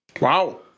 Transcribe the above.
Wow